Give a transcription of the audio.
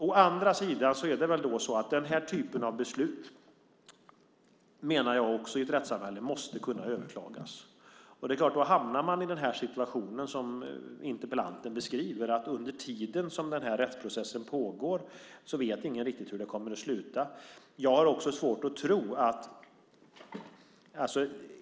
Å andra sidan är det väl så att denna typ av beslut måste i ett rättssamhälle kunna överklagas. Då hamnar man i den situation som interpellanten beskriver. Under tiden som rättsprocessen pågår vet ingen riktigt hur det kommer att sluta.